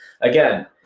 again